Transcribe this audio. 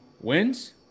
wins